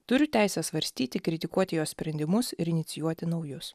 turiu teisę svarstyti kritikuoti jos sprendimus ir inicijuoti naujus